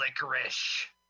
licorice